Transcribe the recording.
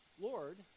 Lord